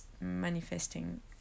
manifesting